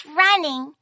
running